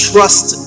Trust